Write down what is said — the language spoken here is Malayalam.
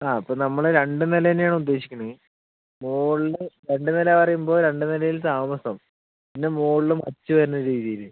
ആ ഇപ്പം നമ്മൾ രണ്ടു നില തന്നെയാണ് ഉദ്ദേശിക്കണേ മുകളിൽ രണ്ടു നില പറയുമ്പോൾ രണ്ടു നിലയിലും താമസം പിന്നെ മുകളിൽ മച്ചു വരുന്ന രീതിയിൽ